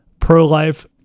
pro-life